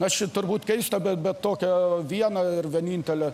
na čia turbūt keista be bet tokią vieną ir vienintelę